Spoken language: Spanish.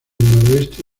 noroeste